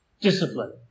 discipline